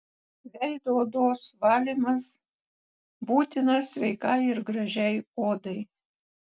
veido odos valymas būtinas sveikai ir gražiai odai